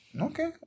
Okay